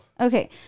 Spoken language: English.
Okay